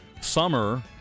summer